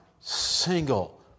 single